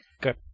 Good